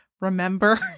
remember